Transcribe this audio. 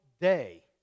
day